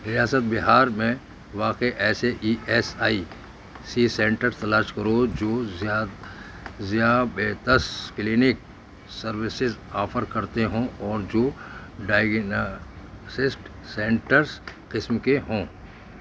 ریاست بہار میں واقع ایسے E S I C centre تلاش کرو جو زیا ذیابیطس کلینک سروسز آفر کرتے ہوں اور جو ڈائیگیناسٹک سینٹرز قسم کے ہوں